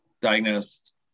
diagnosed